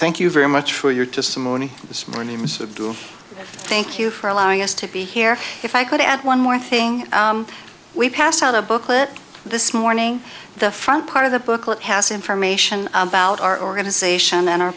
thank you very much for your testimony this morning i do thank you for allowing us to be here if i could add one more thing we passed out a booklet this morning the front part of the booklet has information about our organization and our